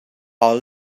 are